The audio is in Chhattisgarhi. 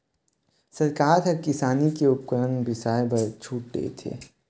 सरकार ह किसानी के उपकरन बिसाए बर छूट देथे